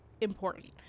important